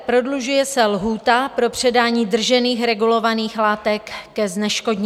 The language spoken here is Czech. Prodlužuje se lhůta pro předání držených regulovaných látek ke zneškodnění.